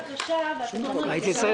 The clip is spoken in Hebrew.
אתם מביאים בקשה ואתם לא אומרים.